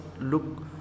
look